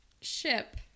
Ship